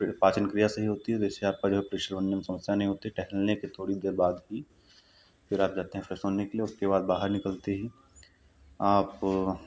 फिर पाचन क्रिया सही होती है जैसे आप खड़े होके कुछ करने में समस्या नहीं होती है टहलने के थोड़ी देर बाद ही फिर आप जाते हैं फ्रेश होने के लिए उसके बाद बाहर निकलते ही आप